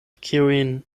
kiujn